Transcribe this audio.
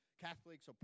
Catholics